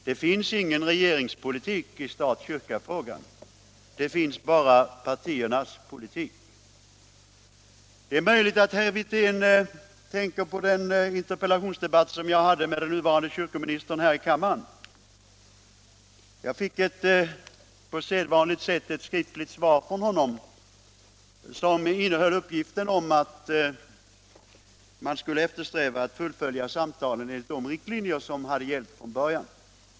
Det finns ingen regeringspolitik i stat-kyrka-frågan, det finns bara partiernas politik. Det är möjligt att herr Wirtén tänker på den interpellationsdebatt som jag hade med den nuvarande kyrkoministern här i kammaren. Jag fick på sedvanligt sätt ett skriftligt svar från honom, som innehöll uppgiften att man skulle eftersträva att fullfölja samtalen enligt de riktlinjer som hade gällt från början.